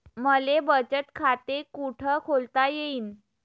मले बचत खाते कुठ खोलता येईन?